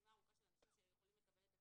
רשימה ארוכה של אנשים שיכולים לקבל את התיעודים: